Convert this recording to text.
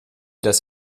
das